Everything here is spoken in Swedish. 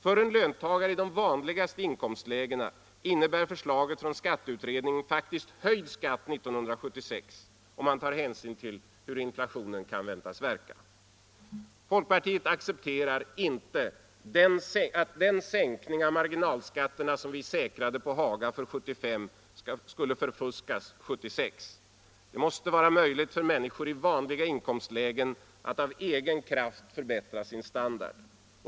För en löntagare i de vanligaste inkomstlägena innebär förslaget från skatteutredningen faktiskt höjd skatt 1976, om man tar hänsyn till hur inflationen kan väntas verka. Folkpartiet accepterar inte att den sänkning av marginalskatten som vi säkrade på Haga för 1975 förfuskas 1976. Det måste vara möjligt för människor i vanliga inkomstlägen att av egen kraft förbättra sin standard.